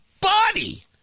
body